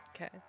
Okay